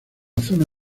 zona